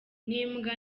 n’imbwa